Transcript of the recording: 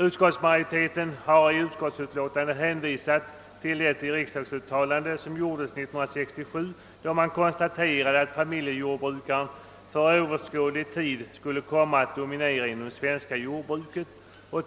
Utskottsmajoriteten har i utskottsutlåtandet hänvisat till det riksdagsuttalande som gjordes 1967, då man konstaterade att familjejordbruken under överskådlig tid skulle komma att dominera det svenska jordbruket.